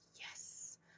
yes